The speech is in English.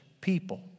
people